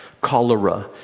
cholera